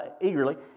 eagerly